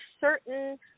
certain